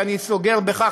ואני סוגר בכך,